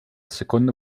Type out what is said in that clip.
secondo